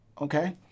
okay